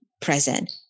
present